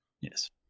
Yes